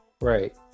right